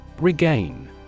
Regain